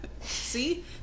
See